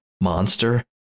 monster